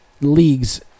leagues